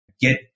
get